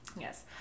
Yes